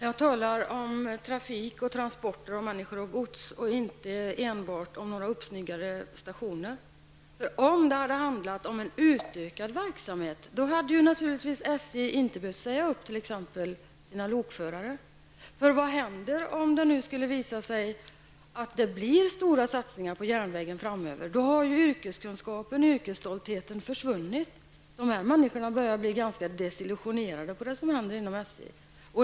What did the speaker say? Herr talman! Jag talar om trafik och transporter av människor och gods, inte enbart om några uppsnyggade stationer. Om det hade handlat om en utökad verksamhet, hade SJ naturligtvis inte behövt säga upp sina lokförare. Vad händer, om det nu blir stora satsningar på järnvägen framöver? Då har ju yrkeskunskapen och yrkesstoltheten försvunnit. De berörda människorna börjar bli ganska desillusionerade över det som händer inom SJ.